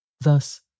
Thus